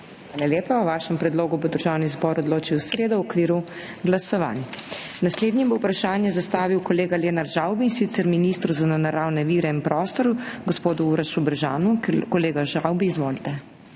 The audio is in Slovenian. lepa. O vašem predlogu bo Državni zbor odločil v sredo v okviru glasovanj. Naslednji bo vprašanje zastavil kolega Lenart Žavbi, in sicer ministru za naravne vire in prostor gospodu Urošu Brežanu. Kolega Žavbi, izvolite.